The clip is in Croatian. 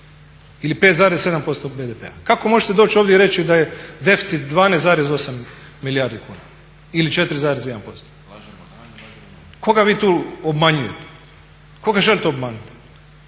ili 5,7% BDP-a, kako možete doći ovdje i reći da je deficit 12,8 milijardi kuna ili 4,1%? Koga vi tu obmanjujete, koga želite obmanuti?